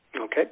Okay